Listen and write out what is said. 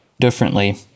differently